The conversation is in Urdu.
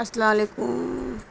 السلام علیکم